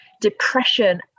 depression